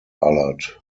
alert